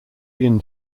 yin